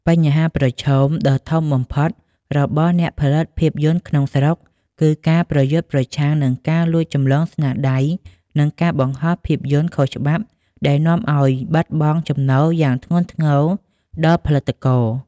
បញ្ហាប្រឈមដ៏ធំបំផុតរបស់អ្នកផលិតភាពយន្តក្នុងស្រុក គឺការប្រយុទ្ធប្រឆាំងនឹងការលួចចម្លងស្នាដៃ និងការបង្ហោះភាពយន្តខុសច្បាប់ដែលនាំឱ្យបាត់បង់ចំណូលយ៉ាងធ្ងន់ធ្ងរដល់ផលិតករ។